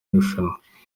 rushanwa